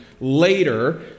later